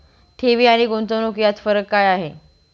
ठेवी आणि गुंतवणूक यात फरक काय आहे?